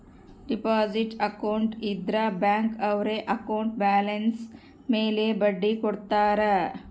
deposit account ಇದ್ರ bank ಅವ್ರು account balance ಮೇಲೆ ಬಡ್ಡಿ ಕೊಡ್ತಾರ